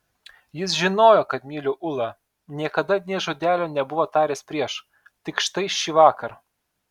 jis žinojo kad myliu ulą niekada nė žodelio nebuvo taręs prieš tik štai šįvakar